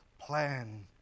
plan